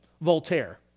Voltaire